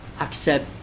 accept